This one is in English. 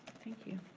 thank you.